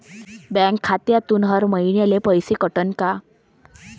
Bank खात्यातून हर महिन्याले पैसे कटन का?